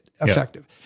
effective